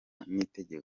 igitego